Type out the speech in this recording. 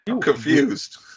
Confused